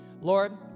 Lord